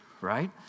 right